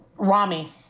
Rami